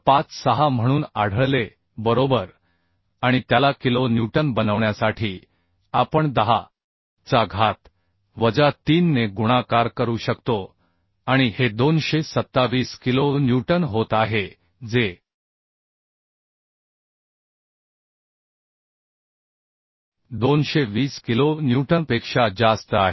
56 म्हणून आढळले बरोबर आणि त्याला किलो न्यूटन बनवण्यासाठी आपण 10 चा घात वजा 3 ने गुणाकार करू शकतो आणि हे 227 किलो न्यूटन होत आहे जे 220 किलो न्यूटनपेक्षा जास्त आहे